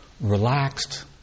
relaxed